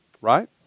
right